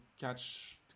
catch